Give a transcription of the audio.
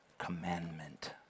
commandment